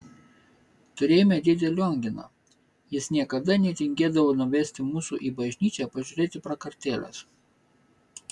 turėjome dėdę lionginą jis niekada netingėdavo nuvesti mūsų į bažnyčią pažiūrėti prakartėlės